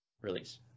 release